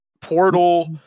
portal